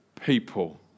people